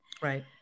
Right